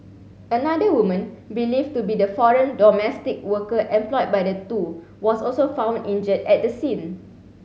another woman believed to be the foreign domestic worker employed by the two was also found injured at the scene